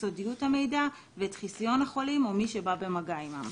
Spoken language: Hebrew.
סודיות המידע ואת חסיון החולים או מי שבא במגע עמם.".